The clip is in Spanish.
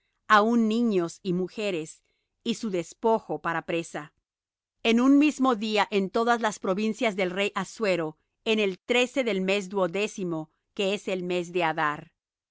aun niños y mujeres y su despojo para presa en un mismo día en todas las provincias del rey assuero en el trece del mes duodécimo que es el mes de adar